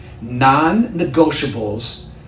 Non-negotiables